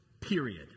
period